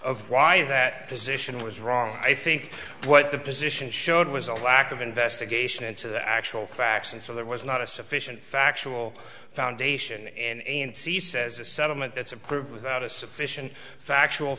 of why that position was wrong i think what the position showed was a lack of investigation into the actual facts and so there was not a sufficient factual foundation and see says a settlement that's approved without a sufficient factual